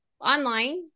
online